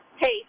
Hey